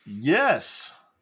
Yes